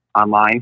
online